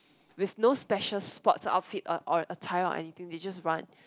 with no special sports outfit or or attire or anything they just run